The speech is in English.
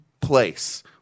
place